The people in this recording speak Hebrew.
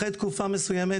אחרי תקופה מסוימת